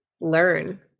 learn